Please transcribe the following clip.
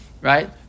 right